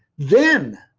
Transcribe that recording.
then,